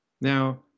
Now